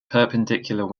perpendicular